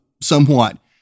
somewhat